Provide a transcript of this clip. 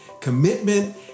commitment